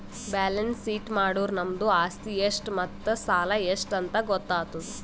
balance sheet ಮಾಡುರ್ ನಮ್ದು ಆಸ್ತಿ ಎಷ್ಟ್ ಮತ್ತ ಸಾಲ ಎಷ್ಟ್ ಅಂತ್ ಗೊತ್ತಾತುದ್